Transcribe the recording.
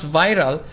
viral